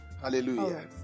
hallelujah